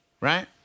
right